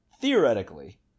theoretically